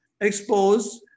exposed